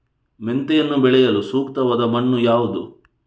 ಮೆಂತೆಯನ್ನು ಬೆಳೆಯಲು ಸೂಕ್ತವಾದ ಮಣ್ಣು ಯಾವುದು?